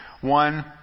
one